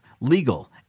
legal